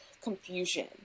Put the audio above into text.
confusion